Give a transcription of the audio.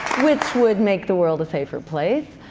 would make the world a safer place,